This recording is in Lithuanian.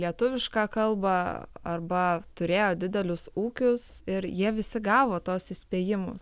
lietuvišką kalbą arba turėjo didelius ūkius ir jie visi gavo tuos įspėjimus